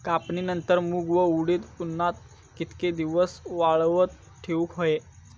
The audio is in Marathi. कापणीनंतर मूग व उडीद उन्हात कितके दिवस वाळवत ठेवूक व्हये?